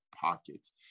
pockets